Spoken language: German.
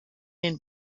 den